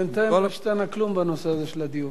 בינתיים לא השתנה כלום בנושא הזה של הדיור.